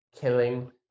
killing